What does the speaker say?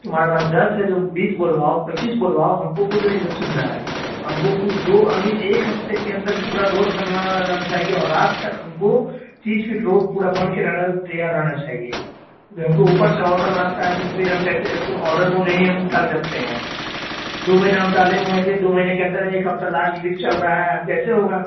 تمہارے پاس دس ہے تم بیس بلواؤ پچیس بلواؤ ہم کو کچھ نہیں سننا ہے ہم کو کچھ دو آئی مین ایک ہفتے کے اندر پورا روڈ بنانا رہنا چاہیے اور رات تک ہم کو تیس فٹ روڈ پورا بن کے رہنا تیار رہنا چاہیے کیونکہ ہم کو اوپر سے آڈر آتا ہے تو پھر ہم کیسے تو آڈر کو نہیں ہم ٹال سکتے ہیں دو مہیینہ ہم ٹالے ہوئے تھے دو مہینے کے اندر ایک ہفتہ لاسٹ ویک چل رہا ہے اب کیسے ہوگا